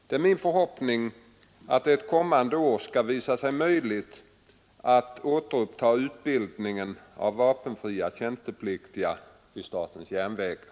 Det är min förhoppning, att det ett kommande år skall visa sig möjligt att återuppta utbildningen av vapenfria tjänstepliktiga vid statens järnvägar.